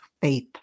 faith